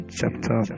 chapter